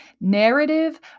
narrative